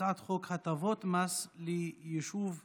הצעת חוק הטבות מס ליישוב מעורב,